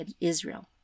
Israel